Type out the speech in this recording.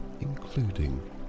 including